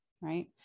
right